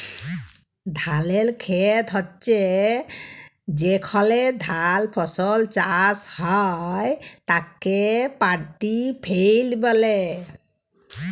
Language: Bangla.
ধালের খেত হচ্যে যেখলে ধাল ফসল চাষ হ্যয় তাকে পাড্ডি ফেইল্ড ব্যলে